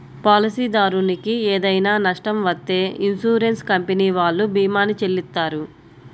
పాలసీదారునికి ఏదైనా నష్టం వత్తే ఇన్సూరెన్స్ కంపెనీ వాళ్ళు భీమాని చెల్లిత్తారు